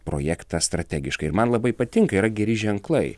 projektą strategiškai ir man labai patinka yra geri ženklai